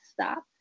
stop